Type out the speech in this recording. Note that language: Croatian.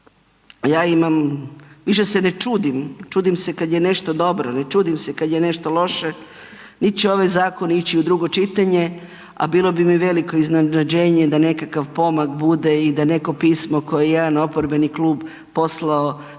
ja imam, više se ne čudim, čudim se kad je nešto dobro, ne čudim se kad je nešto loše, niti će ovaj zakon ići u drugo čitanje, a bilo bi mi veliko iznenađenje da nekakav pomak bude i da neko pismo koje je jedan oporbeni klub poslao